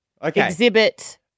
exhibit